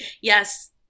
Yes